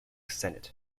senate